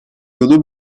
yolu